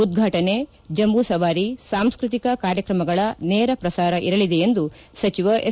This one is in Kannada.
ಉದ್ಘಾಟನೆ ಜಂಬೂಸವಾರಿ ಸಾಂಸ್ಟ್ರಿಕ ಕಾರ್ಯಕ್ರಮಗಳ ನೇರ ಪ್ರಸಾರ ಇರಲಿದೆ ಎಂದು ಸಚಿವ ಎಸ್